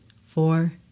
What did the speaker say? four